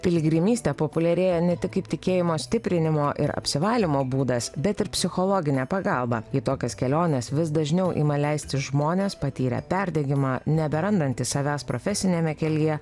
piligrimystė populiarėja ne tik kaip tikėjimo stiprinimo ir apsivalymo būdas bet ir psichologinė pagalba į tokias keliones vis dažniau ima leistis žmonės patyrę perdegimą neberandantys savęs profesiniame kelyje